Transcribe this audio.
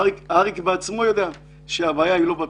אריק בעצמו יודע שהבעיה היא לא בפיגום.